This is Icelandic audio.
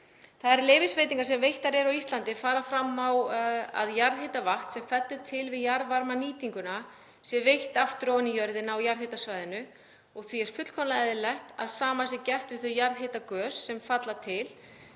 Þær leyfisveitingar sem veittar eru á Íslandi fara fram á að jarðhitavatni sem fellur til við jarðvarmanýtinguna sé veitt aftur ofan í jörðina á jarðhitasvæðinu og því er fullkomlega eðlilegt að það sama sé gert við þau jarðhitagös sem falla til,